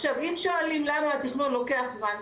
אם שואלים למה התכנון לוקח זמן,